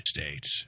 States